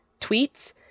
tweets